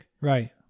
right